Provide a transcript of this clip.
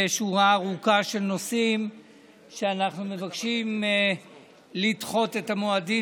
בשורה ארוכה של נושאים שבהם אנחנו מבקשים לדחות את המועדים.